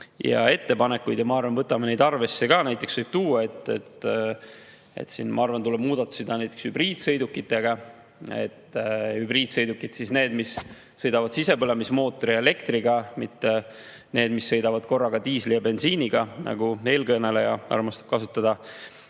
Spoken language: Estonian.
ja ettepanekuid ja ma arvan, et võtame neid arvesse ka. Näiteks võib tuua, et ma arvan, et tuleb muudatusi teha hübriidsõidukitega. Hübriidsõidukid on need, mis sõidavad sisepõlemismootori ja elektriga, mitte need, mis sõidavad korraga diisli ja bensiiniga, nagu eelkõneleja armastab [öelda].